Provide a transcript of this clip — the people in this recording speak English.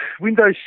Windows